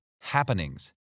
happenings